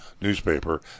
newspaper